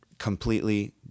Completely